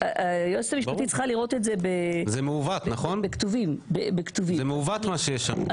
זה מעוות מה שיש שם,